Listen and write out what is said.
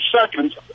seconds